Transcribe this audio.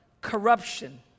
corruption